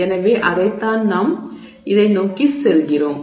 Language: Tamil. எனவே அதைத்தான் நாம் இதை நோக்கி செல்கிறோம்